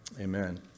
Amen